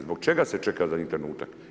Zbog čega se čeka zadnji trenutak?